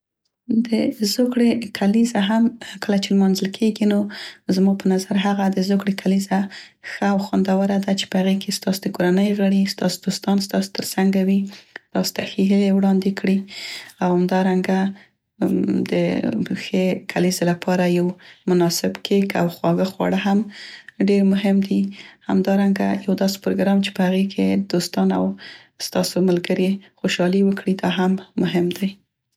د زوکړې کلیزه هم، کله چې لمانځل کیګي نو زما په نظر هغه د زوکړې کلیزه ښه او خوندوره ده چې په هغې کې ستاسو د کورنۍ غړي، ستاسو دوستان ستاسو تر څنګه وي، تاسو ته ښې هیلې وړاندې کړي. او همدارنګه د ښې کلیزې لپاره یو مناسب کیک او خواږه خواړه هم ډیر مهم دي، همدارنګه یو داسې پروګرام چې په هغې کې دوستانو او ستاسو ملګري خوشالي وکړي دا هم مهم دی.